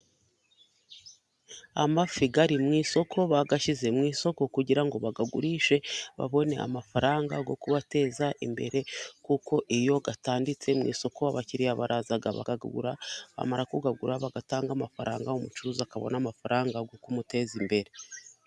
Amafi ari mu isoko bayashyize mu isoko, kugira ngo bayagurishe babone amafaranga yo kubateza imbere, kuko iyo atanditse mu isoko abakiriya baraza bakagura, bamara kuyagura bagatanga amafaranga, umucuruzi akabona amafaranga yo kumuteza imbere.